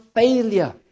failure